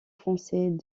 français